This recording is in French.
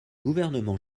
gouvernement